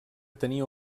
tenia